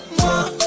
more